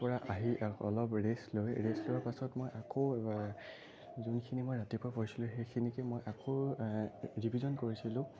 পৰা আহি অলপ ৰেষ্ট লৈ ৰেষ্ট লোৱাৰ পাছত মই আকৌ যোনখিনি মই ৰাতিপুৱা পঢ়িছিলোঁ সেইখিনিকে মই আকৌ ৰিভিজন কৰিছিলোঁ